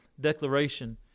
Declaration